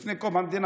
לפני קום המדינה.